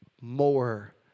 more